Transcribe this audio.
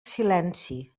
silenci